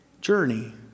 journey